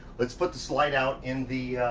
let's put the slide out in the